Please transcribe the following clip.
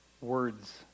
words